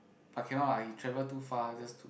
but cannot lah he travel too far just to